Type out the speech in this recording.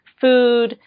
food